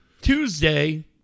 Tuesday